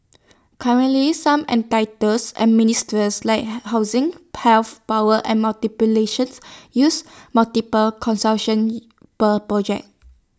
currently some and ministers like housing health power and use multiple consultation per project